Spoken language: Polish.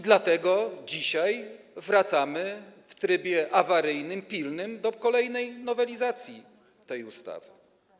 Dlatego dzisiaj wracamy w trybie awaryjnym, pilnym do kolejnej nowelizacji tej ustawy.